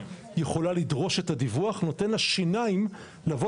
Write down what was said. יכולה לדרוש את הדיווח - נותנת לה שיניים לבוא